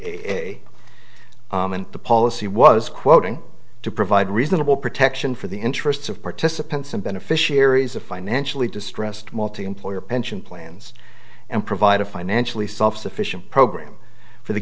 p the policy was quoting to provide reasonable protection for the interests of participants and beneficiaries of financially distressed multiemployer pension plans and provide a financially self sufficient program for the